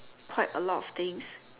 quite a lot of things